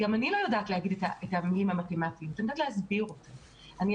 יודעת להגיד את הנוסחה המתמטית, זו נוסחה